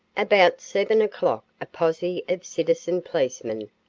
about seven o'clock a posse of citizen policemen,